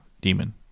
Demon